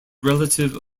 relative